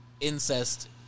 incest